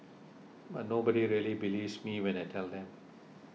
but nobody really believes me when I tell them